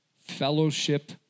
fellowship